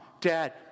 Dad